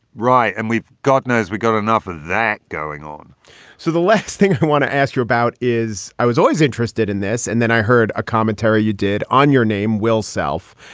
right? and we've got nye's. we got enough of that going on so the last thing i want to ask you about is i was always interested in this. and then i heard a commentary you did on your name, will self.